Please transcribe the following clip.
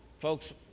folks